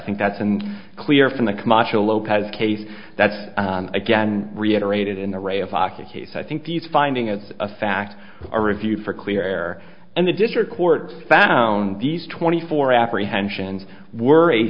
think that's and clear from the camacho lopez case that's again reiterated in the array of aki case i think he's finding it's a fact a review for clear air and the district court found these twenty four apprehensions were a